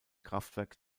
kraftwerk